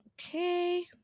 okay